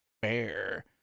Fair